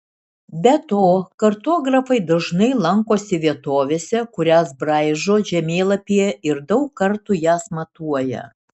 be to kartografai dažnai lankosi vietovėse kurias braižo žemėlapyje ir daug kartų jas matuoja